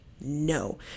no